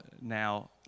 now